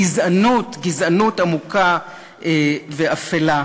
גזענות, גזענות עמוקה ואפלה.